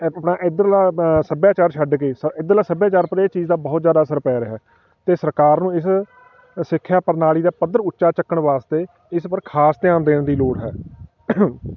ਆਪਣਾ ਇੱਧਰਲਾ ਸੱਭਿਆਚਾਰ ਛੱਡ ਕੇ ਸ ਇੱਧਰਲਾ ਸੱਭਿਆਚਾਰ ਪਰ ਇਹ ਚੀਜ਼ ਦਾ ਬਹੁਤ ਜ਼ਿਆਦਾ ਅਸਰ ਪੈ ਰਿਹਾ ਅਤੇ ਸਰਕਾਰ ਨੂੰ ਇਸ ਸਿੱਖਿਆ ਪ੍ਰਣਾਲੀ ਦਾ ਪੱਧਰ ਉੱਚਾ ਚੱਕਣ ਵਾਸਤੇ ਇਸ ਪਰ ਖਾਸ ਧਿਆਨ ਦੇਣ ਦੀ ਲੋੜ ਹੈ